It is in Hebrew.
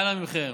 ואנא מכם,